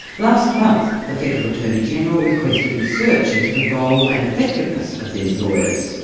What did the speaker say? last month the federal attorney general requested research into the role and effectiveness of these lawyers,